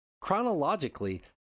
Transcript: Chronologically